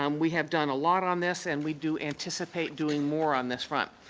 um we have done a lot on this, and we do anticipate doing more on this front.